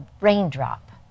raindrop